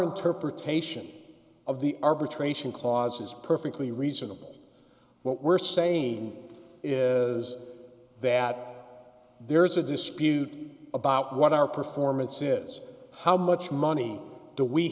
interpretation of the arbitration clause is perfectly reasonable what we're saying is that there is a dispute about what our performance is how much money do we